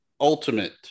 ultimate